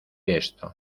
esto